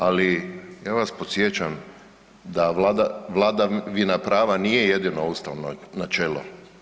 Ali ja vas podsjećam da vlada, vladavina prava nije jedino ustavno načelo.